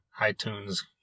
iTunes